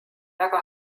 väga